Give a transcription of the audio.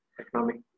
economic